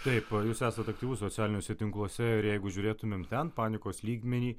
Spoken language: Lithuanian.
taip jūs esate aktyvus socialiniuose tinkluose ir jeigu žiūrėtumėm ten panikos lygmenį